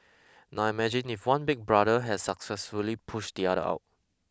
now imagine if one big brother has successfully pushed the other out